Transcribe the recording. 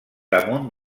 damunt